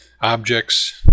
objects